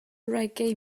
reggae